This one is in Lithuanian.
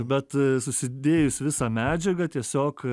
bet susidėjus visą medžiagą tiesiog